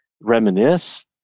reminisce